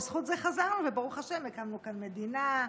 בזכות זה חזרנו וברוך השם הקמנו כאן מדינה,